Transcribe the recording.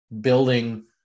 building